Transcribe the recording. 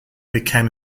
became